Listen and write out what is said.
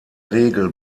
regel